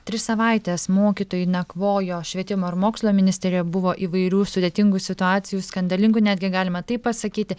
tris savaites mokytojai nakvojo švietimo ir mokslo ministerijoje buvo įvairių sudėtingų situacijų skandalingų netgi galima taip pasakyti